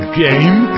game